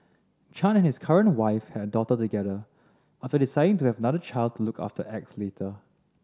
Chan and his current wife have a daughter together after deciding to have another child to look after X later